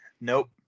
nope